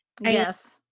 Yes